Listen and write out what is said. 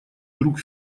друг